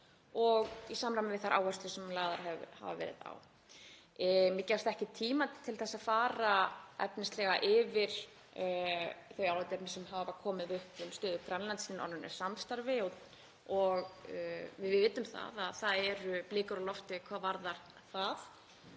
og í samræmi við þær áherslur sem lagðar hafa verið. Mér gefst ekki tíma til þess að fara efnislega yfir þau álitaefni sem hafa komið upp um stöðu Grænlands í norrænu samstarfi og við vitum að það eru blikur á lofti hvað það varðar.